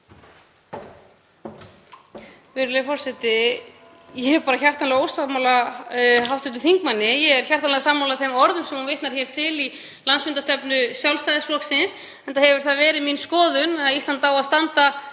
Virðulegur forseti. Ég er bara hjartanlega ósammála hv. þingmanni. Ég er hjartanlega sammála þeim orðum sem hún vitnar til í landsfundarstefnu Sjálfstæðisflokksins, enda hefur það verið mín skoðun að Ísland eigi að standa